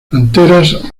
anteras